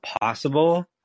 possible